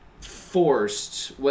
forced